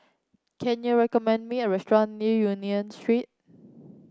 can you recommend me a restaurant near Union Street